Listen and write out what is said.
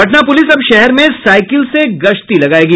Patna police अब शहर में साईकिल से गश्त लगायेगी